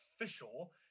Official